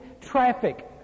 traffic